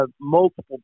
multiple